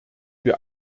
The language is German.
wir